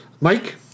Mike